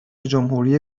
جمهوری